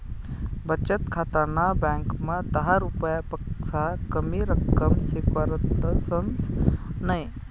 बचत खाताना ब्यांकमा दहा रुपयापक्सा कमी रक्कम स्वीकारतंस नयी